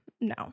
No